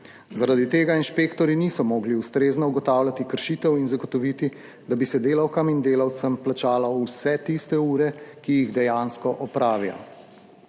Zaradi tega inšpektorji niso mogli ustrezno ugotavljati kršitev in zagotoviti, da bi se delavkam in delavcem plačalo vse tiste ure, ki jih dejansko opravijo.